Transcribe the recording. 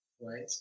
right